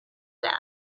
death